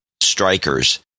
strikers